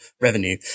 revenue